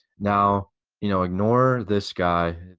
now you know ignore this guy,